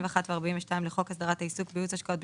ו-42 לחוק הסדרת העיסוק בייעוץ השקעות,